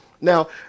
Now